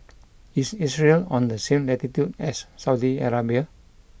is Israel on the same latitude as Saudi Arabia